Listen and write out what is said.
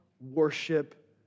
worship